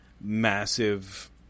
massive